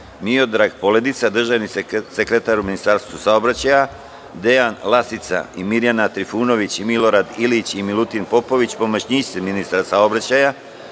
Miodrag Poledica, državni sekretar u Ministarstvu saobraćaja, Dejan Lasica, Mirjana Trifunović, Milorad Ilić i Milutin Popović, pomoćnici ministra saobraćaja,